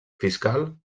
fiscal